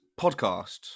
podcast